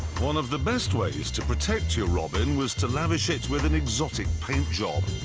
one of the best ways to protect your robin was to lavish it with an exotic paint job,